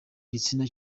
gitsina